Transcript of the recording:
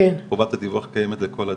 חובת הדיווח קיימת לכל אדם,